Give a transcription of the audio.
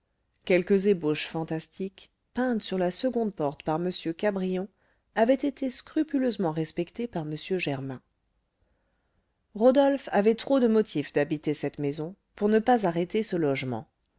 quelques ébauches fantastiques peintes sur la seconde porte par m cabrion avaient été scrupuleusement respectées par m germain rodolphe avait trop de motifs d'habiter cette maison pour ne pas arrêter ce logement